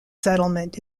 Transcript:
settlement